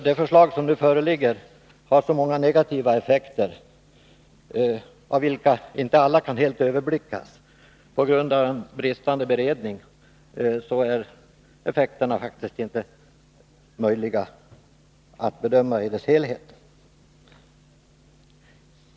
Det förslag som nu föreligger får nämligen många negativa effekter, som på grund av bristande beredning faktiskt inte har kunnat bedömas i sin helhet.